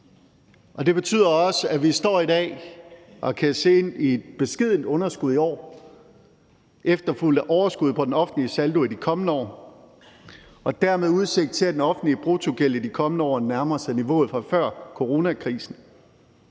Det betyder også, at vi i dag står og kan se ind i et beskedent underskud i år efterfulgt af overskud på den offentlige saldo i de kommende år, og dermed har vi udsigt til, at den offentlige bruttogæld i de kommende år nærmer sig niveauet fra før coronakrisen.